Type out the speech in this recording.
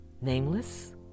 Nameless